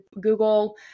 Google